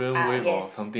ah yes